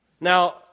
Now